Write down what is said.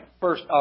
first